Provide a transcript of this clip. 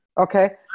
Okay